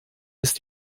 ist